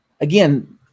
Again